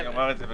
אומר את זה,